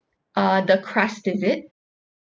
uh the crust is it